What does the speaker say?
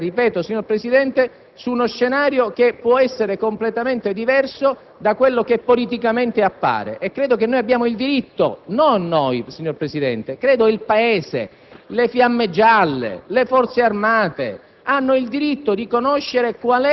perché rischiamo di discutere - ripeto - su uno scenario che può essere completamente diverso da quello che politicamente appare. Credo che abbiamo il diritto - non noi, signor Presidente, ma il Paese, le Fiamme gialle, le Forze Armate